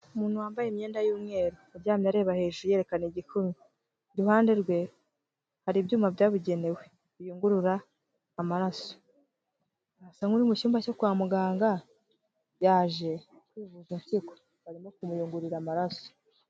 Umuntu wambaye imyenda y'umweru, uryamye areba hejuru yerekana igikumwe, iruhande rwe hari ibyuma byabugenewe biyungurura amaraso, asa nk'uri mu cyumba cyo kwa muganga, yaje kwivuza impyiko barimo kumuyungururira amaraso.